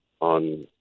on